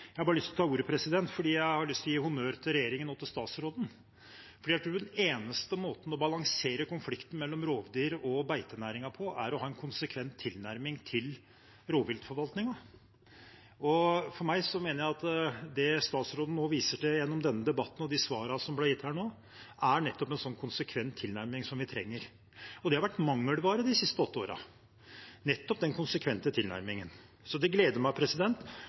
Jeg har bare lyst til å ta ordet for å gi honnør til regjeringen og statsråden, for jeg tror den eneste måten å balansere konflikten mellom rovdyr og beitenæringen på er å ha en konsekvent tilnærming til rovviltforvaltningen. Jeg mener at det statsråden viser til gjennom denne debatten og svarene som ble gitt her nå, er en konsekvent tilnærming som vi trenger. Det har vært mangelvare de siste åtte årene – nettopp den konsekvente tilnærmingen. Så det gleder meg